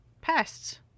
pests